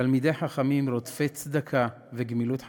תלמידי חכמים, רודפי צדקה וגמילות חסדים,